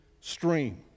stream